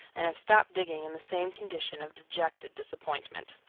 and have stopped digging in the same condition of dejected disappointment.